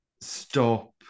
stop